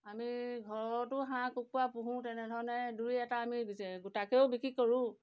আমি ঘৰতো হাঁহ কুকুৰা পোহোঁ তেনেধৰণে দুই এটা আমি গোটাকেও বিক্ৰী কৰোঁ